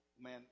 Man